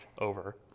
over